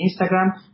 Instagram